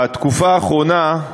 בתקופה האחרונה,